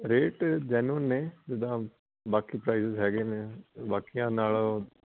rate genuine ਨੇ ਜਿੱਦਾਂ ਬਾਕੀ ਪ੍ਰਾਈਜਿਜ ਹੈਗੇ ਨੇ ਬਾਕੀਆਂ ਨਾਲੋਂ